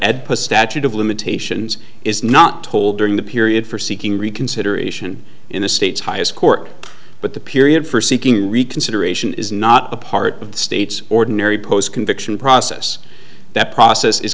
ed statute of limitations is not told during the period for seeking reconsideration in the state's highest court but the period for seeking reconsideration is not a part of the state's ordinary post conviction process that process is